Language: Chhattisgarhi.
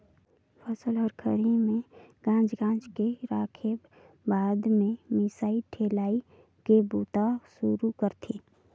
फसल ल खरही में गांज गांज के राखेब बाद में मिसाई ठेलाई के बूता सुरू करथे